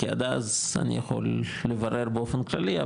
כי עד אז אני יכול לברר באופן כללי,